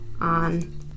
on